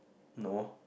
no